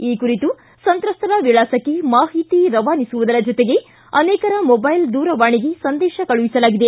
ಈ ಕುರಿತು ಸಂತ್ರಸ್ತರ ವಿಳಾಸಕ್ಕೆ ಮಾಹಿತಿ ರವಾನಿಸುವುದರ ಜೊತೆಗೆ ಅನೇಕರ ಮೊಬೈಲ್ ದೂರವಾಣಿಗೆ ಸಂದೇಶ ಕಳುಹಿಸಲಾಗಿದೆ